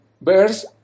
verse